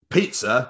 Pizza